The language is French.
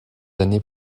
années